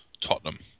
Tottenham